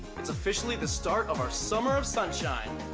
it's officially the start of our summer of sunshine.